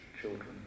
children